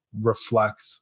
reflect